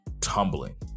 tumbling